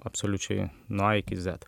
absoliučiai nuo a iki z